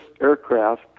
aircraft